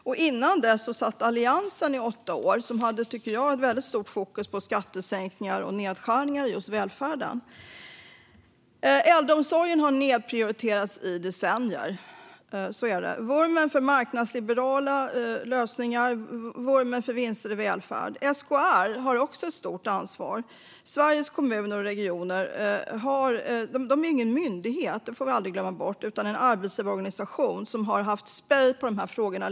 Och innan dess satt Alliansen vid makten i åtta år. De hade, tycker jag, ett väldigt stort fokus på skattesänkningar och nedskärningar i välfärden. Äldreomsorgen har nedprioriterats i decennier. Det har funnits en vurm för marknadsliberala lösningar och vinster i välfärden. Även SKR har ett stort ansvar. Vi får aldrig glömma bort att Sveriges Kommuner och Regioner inte är någon myndighet utan en arbetsgivarorganisation som länge har haft spej på dessa frågor.